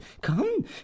come